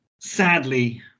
sadly